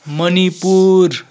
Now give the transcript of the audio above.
Manipur